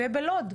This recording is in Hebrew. ובלוד,